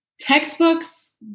Textbooks